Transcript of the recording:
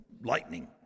lightning